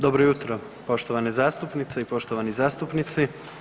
Dobro jutro poštovane zastupnice i poštovani zastupnici.